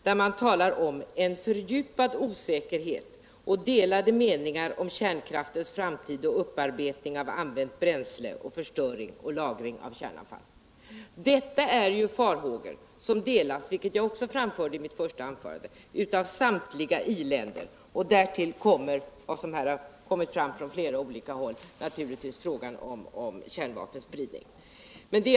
Där talar man om ”en fördjupad osäkerhet och delade meningar om kärnkraftens framtid och upparbetning av använt bränsle och förstöring och lagring av kärnavfall”. Detta är ju farhågor som delats — vilket jag också framförde i mitt första anförande — av samtliga i-länder. Därtill kommer, såsom här har framhållits från olika håll, naturligtvis frågan om kärnvapenspridning.